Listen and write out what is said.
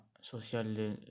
social